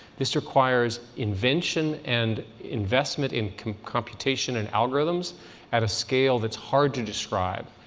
this requires invention and investment in computation and algorithms at a scale that's hard to describe.